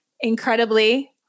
incredibly